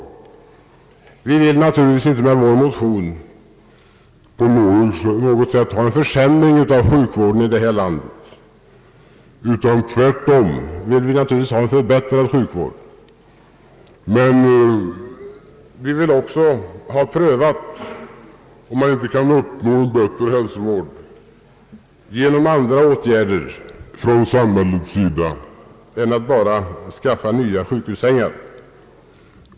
Vi vill naturligtvis inte med vår motion ha en försämring av sjukvården i detta land. Tvärtom vill vi ha en förbättrad sjukvård. Men vi vill också ha prövat om man inte kan uppnå en bättre hälsovård genom andra åtgärder från samhällets sida än att bara skaffa nya sjukhussängar.